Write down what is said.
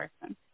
person